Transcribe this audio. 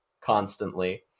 constantly